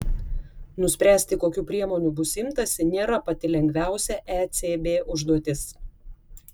nuspręsti kokių priemonių bus imtasi nėra pati lengviausia ecb užduotis